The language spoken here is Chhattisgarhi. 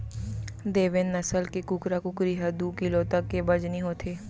देवेन्द नसल के कुकरा कुकरी ह दू किलो तक के बजनी होथे